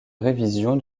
révision